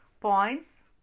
points